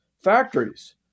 factories